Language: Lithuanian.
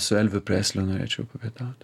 su elviu presliu norėčiau papietaut